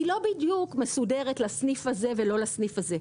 היא לא בדיוק מסודרת לסניף הזה ולא לסניף הזה,